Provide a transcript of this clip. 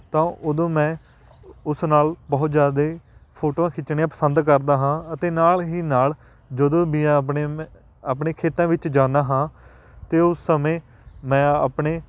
ਤਾਂ ਉਦੋਂ ਮੈਂ ਉਸ ਨਾਲ ਬਹੁਤ ਜ਼ਿਆਦਾ ਫ਼ੋਟੋਆਂ ਖਿੱਚਣੀਆਂ ਪਸੰਦ ਕਰਦਾ ਹਾਂ ਅਤੇ ਨਾਲ ਹੀ ਨਾਲ ਜਦੋਂ ਵੀ ਮੈਂ ਆਪਣੇ ਆਪਣੇ ਖੇਤਾਂ ਵਿੱਚ ਜਾਂਦਾ ਹਾਂ ਤਾਂ ਉਸ ਸਮੇਂ ਮੈਂ ਆਪਣੇ